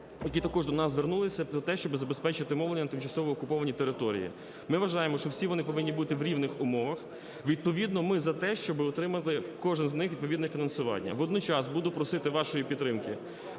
які також до нас звернулися про те, щоб забезпечити мовлення на тимчасово окупованій території. Ми вважаємо, що всі вони повинні бути в рівних умовах, відповідно ми за те, щоб кожен з них отримав відповідне фінансування. Водночас буду просити вашої підтримки,